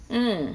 mm